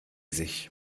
sich